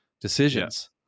decisions